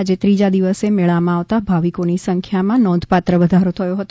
આજે ત્રીજા દિવસે મેળા માં આવતા ભાવિકોની સંખ્યામાં નોંધપાત્ર વધારો થયો હતો